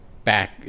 Back